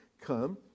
come